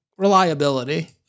Reliability